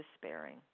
despairing